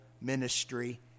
ministry